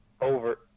over